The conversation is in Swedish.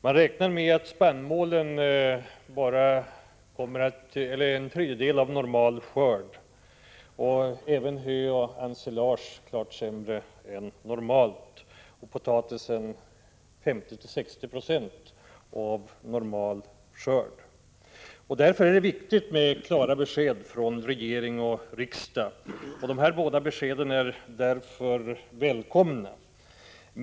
Man räknar med att spannmålen bara kommer att ge en tredjedel av normal skörd, att även hö och ensilage ger klart sämre resultat än normalt och att potatisen ger 50-60 96 av normal skörd. Därför är det viktigt med klara besked från regering och riksdag, och de här båda beskeden är alltså välkomna.